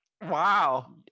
wow